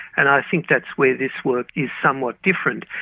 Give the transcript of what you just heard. and i think that's where this work is somewhat different.